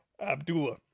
abdullah